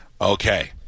Okay